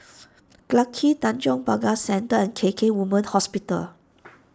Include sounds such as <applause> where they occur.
<noise> Clarke Tanjong Pagar Centre and K K Women's Hospital <noise>